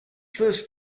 first